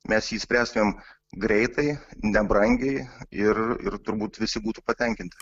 mes išspręstumėm greitai nebrangiai ir ir turbūt visi būtų patenkinti